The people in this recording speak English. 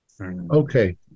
okay